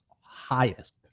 highest